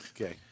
Okay